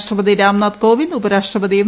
രാഷ്ട്രപതി രാംനാഥ് കോവിന്ദ് ഉപരാഷ്ട്രപതി എം